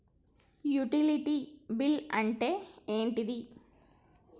Utility bill అంటే ఏంటిది?